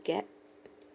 get